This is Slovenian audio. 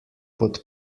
pod